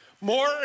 more